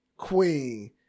Queen